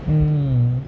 mm